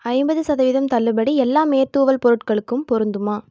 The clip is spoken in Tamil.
ஐம்பது சதவீதம் தள்ளுபடி எல்லா மேற்தூவல் பொருட்களுக்கும் பொருந்துமா